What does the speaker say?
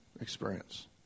experience